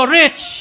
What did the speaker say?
rich